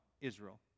Israel